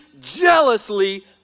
jealously